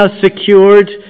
secured